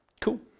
cool